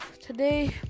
today